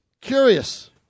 Curious